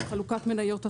חלוקת מניות הטבה,